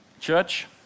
Church